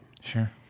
Sure